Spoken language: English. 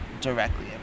directly